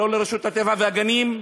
גם לא לרשות הטבע והגנים,